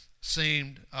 seemed